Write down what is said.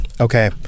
Okay